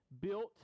built